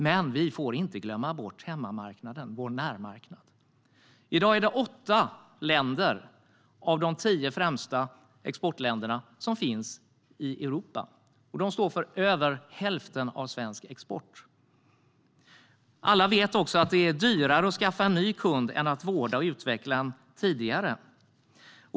Men vi får inte glömma bort hemmamarknaden, vår närmarknad. I dag är det åtta länder av de tio främsta exportländerna som finns i Europa, och de står för över hälften av svensk export. Alla vet också att det är dyrare att skaffa en ny kund än att vårda och utveckla en tidigare.